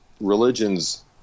religions